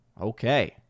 okay